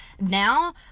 now